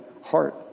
heart